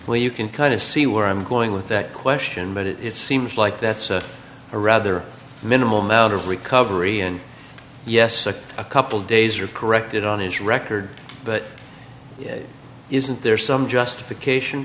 where you can kind of see where i'm going with that question but it seems like that's a rather minimal amount of recovery and yes a couple days are corrected on his record but isn't there some justification